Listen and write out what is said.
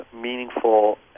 meaningful